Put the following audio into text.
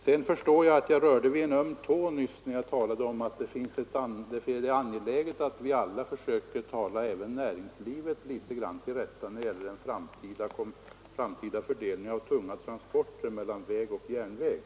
Jag förstår att jag rörde vid en öm tå nyss när jag talade om att det är angeläget att vi alla försöker tala näringslivet till rätta litet grand då det gäller den framtida fördelningen av tunga transporter mellan väg och järnväg.